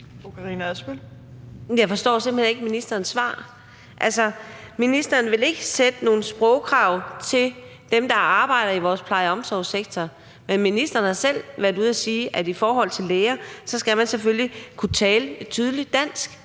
Jeg forstår simpelt hen ikke ministerens svar. Altså, ministeren vil ikke stille nogle sprogkrav til dem, der arbejder i vores pleje- og omsorgssektor, men ministeren har selv været ude at sige i forhold til læger, at man selvfølgelig skal kunne tale et tydeligt dansk